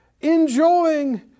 enjoying